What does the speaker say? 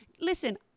Listen